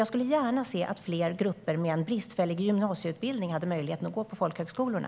Jag skulle gärna se att fler grupper med bristfällig gymnasieutbildning hade möjlighet att gå på folkhögskolorna.